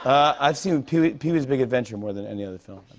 i've seen peewee's peewee's big adventure more than any other film.